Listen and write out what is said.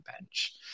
bench